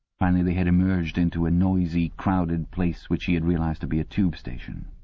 finally they had emerged into a noisy, crowded place which he had realized to be a tube station.